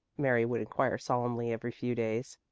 mary would inquire solemnly every few days.